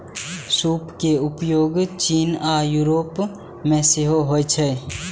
सूप के उपयोग चीन आ यूरोप मे सेहो होइ छै